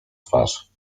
twarz